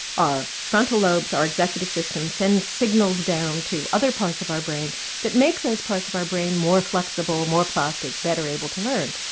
our frontal lobes are executive systems, send signals down to other parts of our brain that make those parts of our brain more flexible, more plastic, better able to learn.